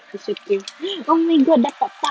it's okay oh my god dapat bbang